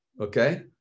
Okay